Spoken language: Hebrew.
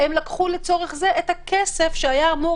הם לקחו לצורך זה את הכסף שהיה אמור